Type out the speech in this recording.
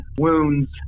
wounds